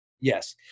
Yes